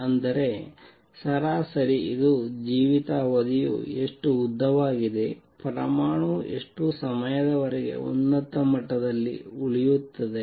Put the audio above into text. ಅಂದರೆ ಸರಾಸರಿ ಇದು ಜೀವಿತಾವಧಿಯು ಎಷ್ಟು ಉದ್ದವಾಗಿದೆ ಪರಮಾಣು ಎಷ್ಟು ಸಮಯದವರೆಗೆ ಉನ್ನತ ಮಟ್ಟದಲ್ಲಿ ಉಳಿಯುತ್ತದೆ